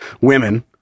women